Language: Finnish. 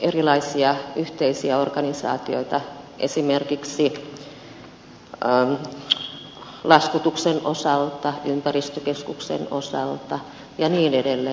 erilaisia yhteisiä organisaatioita esimerkiksi laskutuksen osalta ympäristökeskuksen osalta ja niin edelleen